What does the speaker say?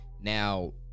now